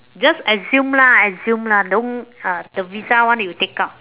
just assume lah assume lah don't uh the visa one you take out